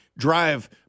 drive